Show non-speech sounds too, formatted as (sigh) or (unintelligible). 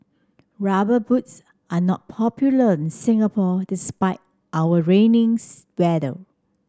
rubber boots are not popular in Singapore despite our rainy (unintelligible) weather